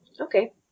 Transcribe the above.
Okay